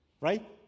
Right